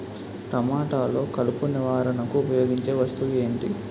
టమాటాలో కలుపు నివారణకు ఉపయోగించే వస్తువు ఏంటి?